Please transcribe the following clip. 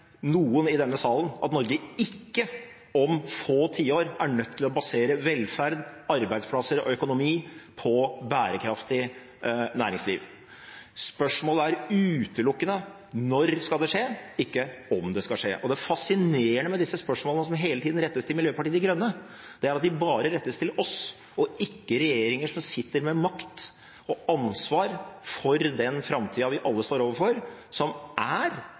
noen i denne salen seg at Norge ikke om få tiår er nødt til å basere velferd, arbeidsplasser og økonomi på et bærekraftig næringsliv? Spørsmålet er utelukkende når skal det skje, ikke om det skal skje. Det fascinerende med disse spørsmålene, som hele tiden rettes til Miljøpartiet De Grønne, er at de bare rettes til oss og ikke til regjeringer som sitter med makt og ansvar for den framtida vi alle står overfor